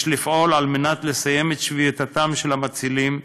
יש לפעול על מנת לסיים את שביתתם של המצילים.